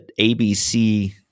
ABC